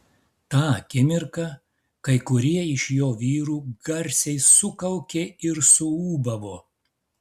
tą akimirką kai kurie iš jo vyrų garsiai sukaukė ir suūbavo